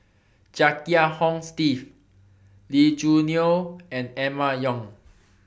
Chia Kiah Hong Steve Lee Choo Neo and Emma Yong